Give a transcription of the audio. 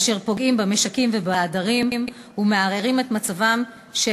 אשר פוגעים במשקים ובעדרים ומערערים את מצבם של